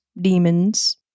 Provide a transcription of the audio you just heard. demons